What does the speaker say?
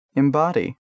embody